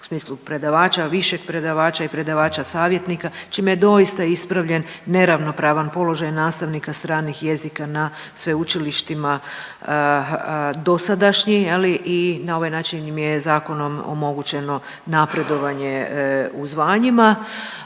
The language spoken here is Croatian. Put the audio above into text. u smislu predavača, višeg predavača i predavača savjetnika čime je doista ispravljen neravnopravan položaj nastavnika stranih jezika na sveučilištima dosadašnji je li i na ovaj način im zakonom omogućeno napredovanje u zvanjima.